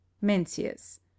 Mencius